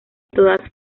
todas